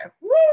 Woo